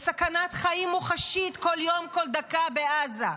בסכנת חיים מוחשית כל יום, כל דקה, בעזה.